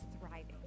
thriving